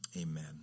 Amen